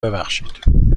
ببخشید